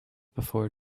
before